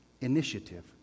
initiative